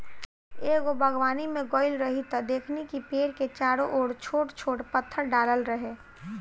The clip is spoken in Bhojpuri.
एगो बागवानी में गइल रही त देखनी कि पेड़ के चारो ओर छोट छोट पत्थर डालल रहे